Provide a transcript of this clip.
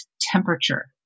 temperature